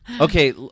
Okay